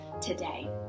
today